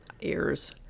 ears